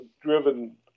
driven